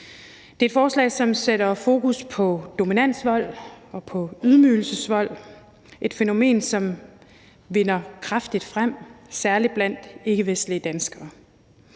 Det er et forslag, som sætter fokus på dominansvold og på ydmygelsesvold, et fænomen, som vinder kraftigt frem, særlig blandt ikkevestlige danskere.